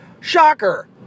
Shocker